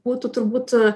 būtų turbūt